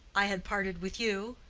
i had parted with you.